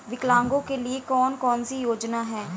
विकलांगों के लिए कौन कौनसी योजना है?